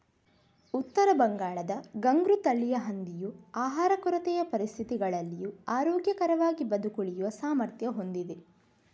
ಉತ್ತರ ಬಂಗಾಳದ ಘುಂಗ್ರು ತಳಿಯ ಹಂದಿಯು ಆಹಾರ ಕೊರತೆಯ ಪರಿಸ್ಥಿತಿಗಳಲ್ಲಿಯೂ ಆರೋಗ್ಯಕರವಾಗಿ ಬದುಕುಳಿಯುವ ಸಾಮರ್ಥ್ಯ ಹೊಂದಿದೆ